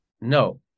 No